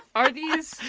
are these.